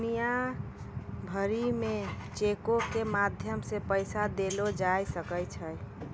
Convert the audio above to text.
दुनिया भरि मे चेको के माध्यम से पैसा देलो जाय सकै छै